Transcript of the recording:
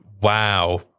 Wow